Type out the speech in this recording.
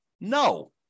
No